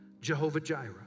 Jehovah-Jireh